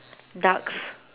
ducks